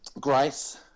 grace